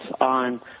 on